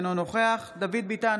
אינו נוכח דוד ביטן,